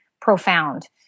profound